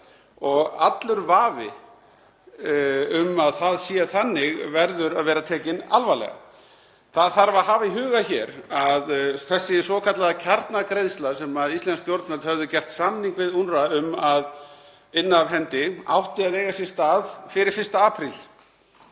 og allur vafi um að það sé þannig verður að vera tekinn alvarlega. Það þarf að hafa í huga hér að þessi svokallaða kjarnagreiðsla sem íslensk stjórnvöld höfðu gert samning við UNRWA um að inna af hendi átti að eiga sér stað fyrir 1. apríl